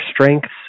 strengths